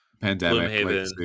Pandemic